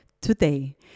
today